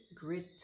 grit